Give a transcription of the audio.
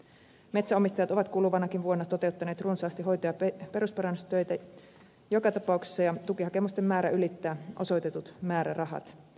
metsänomistajat ovat kuluvanakin vuonna toteuttaneet runsaasti hoito ja perusparannustöitä joka tapauksessa ja tukihakemusten määrä ylittää osoitetut määrärahat